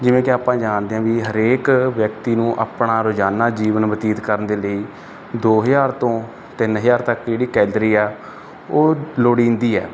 ਜਿਵੇਂ ਕਿ ਆਪਾਂ ਜਾਣਦੇ ਹਾਂ ਵੀ ਹਰੇਕ ਵਿਅਕਤੀ ਨੂੰ ਆਪਣਾ ਰੋਜ਼ਾਨਾ ਜੀਵਨ ਬਤੀਤ ਕਰਨ ਦੇ ਲਈ ਦੋ ਹਜ਼ਾਰ ਤੋਂ ਤਿੰਨ ਹਜ਼ਾਰ ਤੱਕ ਜਿਹੜੀ ਕੈਲਰੀ ਆ ਉਹ ਲੋੜੀਂਦੀ ਹੈ